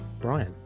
Brian